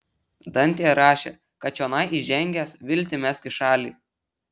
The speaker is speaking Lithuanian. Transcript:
dantė rašė kad čionai įžengęs viltį mesk į šalį